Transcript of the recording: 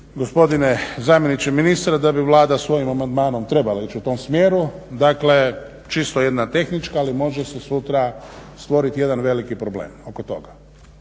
gospodine zamjeniče ministra da bi Vlada svojim amandmanom trebala ići u tom smjeru. Dakle, čisto jedna tehnička ali može se sutra stvoriti jedan veliki problem oko toga.